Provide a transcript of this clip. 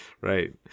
Right